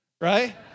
Right